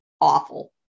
awful